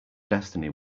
destiny